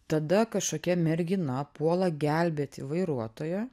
tada kažkokia mergina puola gelbėti vairuotoją